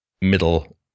middle